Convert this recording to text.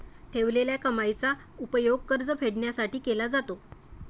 ठेवलेल्या कमाईचा उपयोग कर्ज फेडण्यासाठी केला जातो